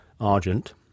Argent